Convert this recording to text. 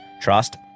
trust